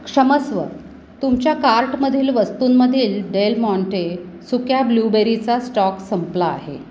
क्षमस्व तुमच्या कार्टमधील वस्तूंमधील डेल माँटे सुक्या ब्लूबेरीचा स्टॉक संपला आहे